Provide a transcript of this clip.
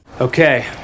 Okay